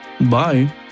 Bye